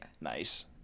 nice